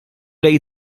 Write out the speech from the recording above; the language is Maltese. lejn